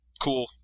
Cool